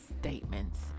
statements